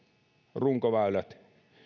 runkoväylät